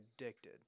addicted